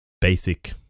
basic